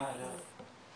הדיבור.